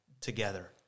together